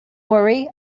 worry